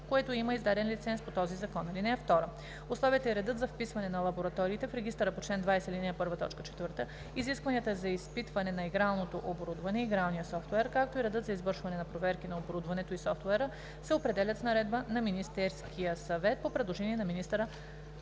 което има издаден лиценз по този закон. (2) Условията и редът за вписване на лабораториите в регистъра по чл. 20, ал. 1, т. 4, изискванията за изпитване на игралното оборудване и игралния софтуер, както и редът за извършване на проверки на оборудването и софтуера, се определят с наредба на Министерския съвет по предложение на министъра